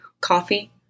Coffee